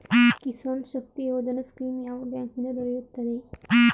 Kisan Shakti Yojana scheme ಯಾವ bank ನಿಂದ ದೊರೆಯುತ್ತದೆ?